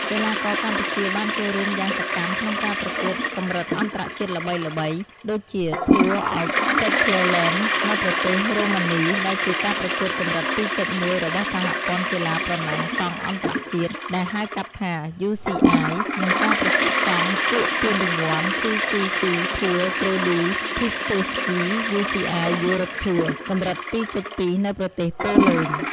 កីឡាករកម្ពុជាបានចូលរួមយ៉ាងសកម្មក្នុងការប្រកួតកម្រិតអន្តរជាតិល្បីៗ ដូចជា Tour of Szeklerland នៅប្រទេសរូម៉ានី ដែលជាការប្រកួតកម្រិត ២.១ របស់សហព័ន្ធកីឡាប្រណាំងកង់អន្ដរជាតិ ដែលហៅកាត់ថា UCI និង ការប្រកួតកង់គួកពានរង្វាន់ CCC Tour Grody Piastowskie UCI Europe Tour កម្រិត ២.២ នៅប្រទេសប៉ូឡូញ ។